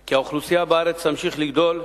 כי האוכלוסייה בארץ תמשיך לגדול,